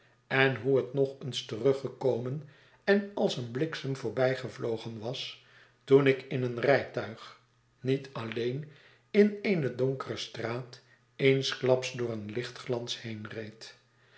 en hoe het nog eens teruggekomen en als een bliksem voorbijgevlogen was toen ik in een rijtuig niet alleen in eene donkere straat eensklaps door een